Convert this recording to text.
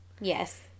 yes